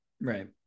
Right